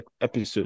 episode